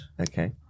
okay